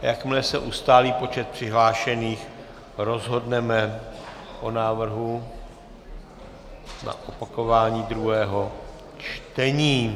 Jakmile se ustálí počet přihlášených, rozhodneme o návrhu na opakování druhého čtení...